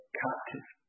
captive